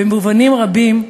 במובנים רבים,